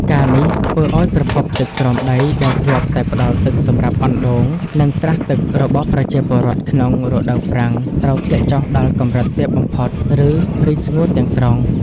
ការណ៍នេះធ្វើឱ្យប្រភពទឹកក្រោមដីដែលធ្លាប់តែផ្តល់ទឹកសម្រាប់អណ្តូង និងស្រះទឹករបស់ប្រជាពលរដ្ឋក្នុងរដូវប្រាំងត្រូវធ្លាក់ចុះដល់កម្រិតទាបបំផុត ឬរីងស្ងួតទាំងស្រុង។